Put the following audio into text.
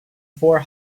four